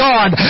God